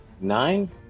Nine